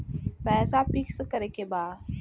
पैसा पिक्स करके बा?